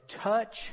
touch